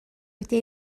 wedi